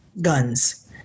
guns